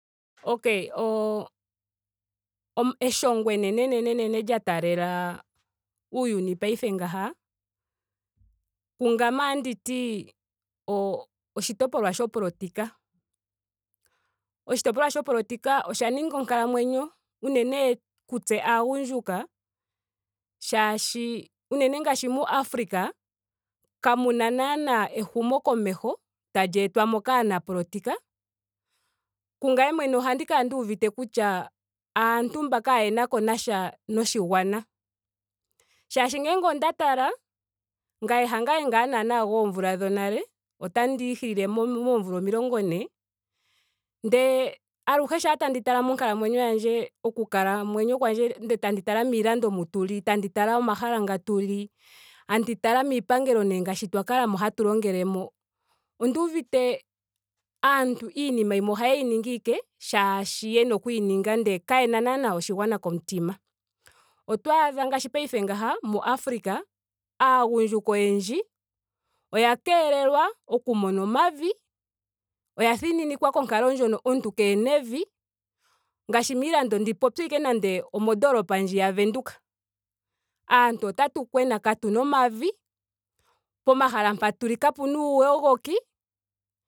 Okay oo. oma- eshongo enenenene lya taalela uuyuni paife ngeyi. kungame otanditi o- oshitopolwa shopolitika. oshitopolwa shopolitika osha ninga onkalamwenyo unene kutse aagundjuka shaashi unene ngaashi mu afrika. kamuna naana ehukomokomeho tali etwamo kaanapolitika. Kungame mwene ohandi kala nduuvite kutya aantu mba kaayena ko nasha nopolitika noshigwana. Shaashi ngele onda tala. ngame hangame naana goomvula dhonale. otandii hiilile moomvula omilongo ne. ndele aluhe shampa tandi tala monkalamwenyo yandje. oku kalamwenyo kwandje ndele tandi tala miilando mu tu li. tandi tala omahala nga tu li. tandi tala miipangelo ngaashi nee twa kalamo hatu longele mo. onduuvite aantu. iiima yimwe ohayeyi ningia ashike shaashi yena okuyi ninga. ndele kayena naana oshigwana komutima. Otwaadha ngaashi paife ngeyi mu afrika. aagundjuka oyendji oya keelelwa oku mona omavi. oya thininikwa konkalo ndjono omuntu keena evi. ngaashi miilando ndi popye ashike omondoolopa ndji ya windhoek. aantu otatu lili katuna omavi. pomahala mpa tuli kapena uuyogoki